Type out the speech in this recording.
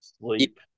sleep